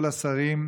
כל השרים,